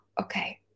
okay